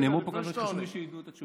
חשוב לי שידעו את התשובה.